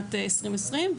בשנת 2020,